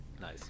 Nice